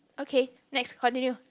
okay next continue